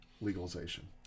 legalization